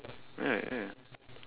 ya ya